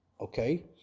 okay